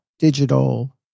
digital